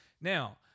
Now